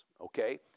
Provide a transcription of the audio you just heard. okay